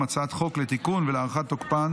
אני קובע כי הצעת חוק לתיקון ולהארכת תוקפן